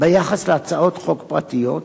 ביחס להצעות חוק פרטיות,